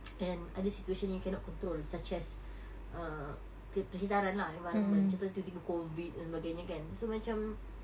and other situation you cannot control such as err ke~ persekitaran lah environment macam tiba-tiba COVID dan sebagainya kan so macam